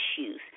issues